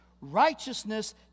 righteousness